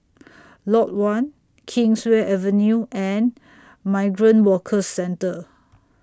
Lot one Kingswear Avenue and Migrant Workers Centre